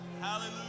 Hallelujah